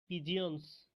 pigeons